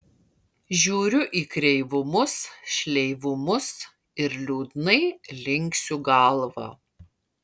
žiūriu į kreivumus šleivumus ir liūdnai linksiu galvą